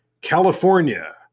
California